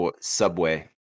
subway